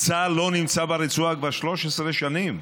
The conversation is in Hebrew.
צה"ל לא נמצא ברצועה כבר 13 שנים.